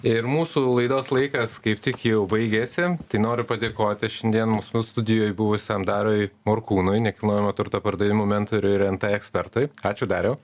ir mūsų laidos laikas kaip tik jau baigėsi tai noriu padėkoti šiandien mūsų studijoj buvusiam dariui morkūnui nekilnojamo turto pardavimų mentoriui ir nt ekspertui ačiū dariau